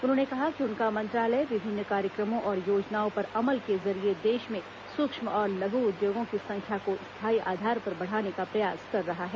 उन्होंने कहा कि उनका मंत्रालय विभिन्न कार्यक्रमों और योजनाओं पर अमल के जरिए देश में सूक्ष्म और लघू उद्योगों की संख्या को स्थाई आधार पर बढ़ाने का प्रयास कर रहा है